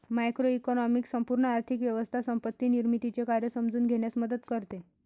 macroeconomics संपूर्ण आर्थिक व्यवस्था संपत्ती निर्मितीचे कार्य समजून घेण्यास मदत करते